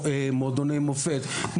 מועדוני מופת,